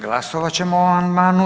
Glasovat ćemo o amandmanu.